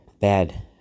bad